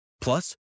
Plus